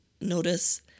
Notice